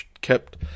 kept